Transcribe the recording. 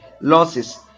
Losses